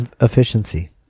efficiency